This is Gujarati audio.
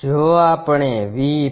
જો આપણે આ v